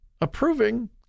approving